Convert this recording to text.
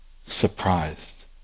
surprised